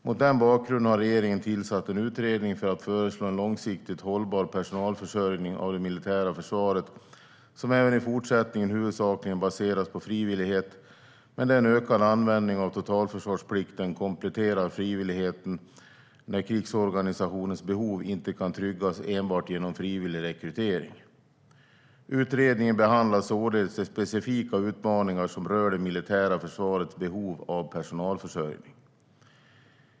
Mot den bakgrunden har regeringen tillsatt en utredning för att föreslå en långsiktigt hållbar personalförsörjning av det militära försvaret som även i fortsättningen huvudsakligen baseras på frivillighet, men där en ökad användning av totalförsvarsplikten kompletterar frivilligheten när krigsorganisationens behov inte kan tryggas enbart genom frivillig rekrytering. Utredningen behandlar således de specifika utmaningar som rör det militära försvarets behov av personalförsörjning.